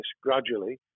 gradually